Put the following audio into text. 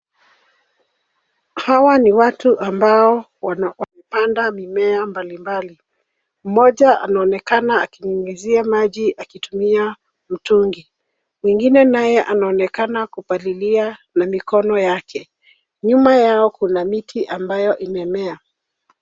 Hawa ni watu ambao wanapanda mimea mbalimbali, mmoja anonekana akinyunyizia maji akitumia mtungi. Mwingine naye anaonekana kupalilia na mikono yake. Nyuma yao kuna miti ambayo imemea.